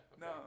No